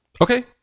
Okay